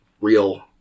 real